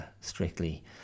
strictly